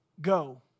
go